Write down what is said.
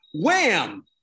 Wham